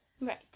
Right